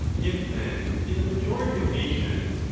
if, then, in the majority of nations,